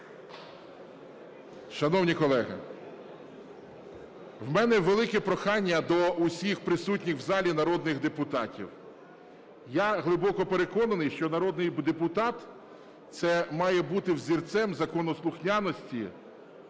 Шановні колеги, у мене велике прохання до всіх присутніх у залі народних депутатів. Я глибоко переконаний, що народний депутат це має бути взірцем законослухняності